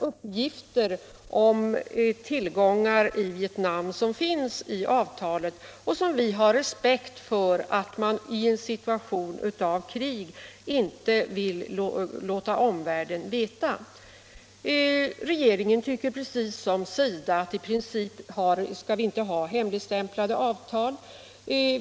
uppgifter om tillgångar i Vietnam som finns i avtalet och som vi har respekt för att man i en situation av krig inte vill låta omvärlden få kännedom om. Regeringen tycker precis som SIDA, att i princip skall vi inte ha hemligstämplade avtal.